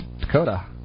Dakota